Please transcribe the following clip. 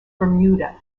bermuda